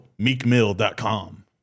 meekmill.com